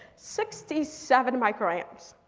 sixty seven micro amps.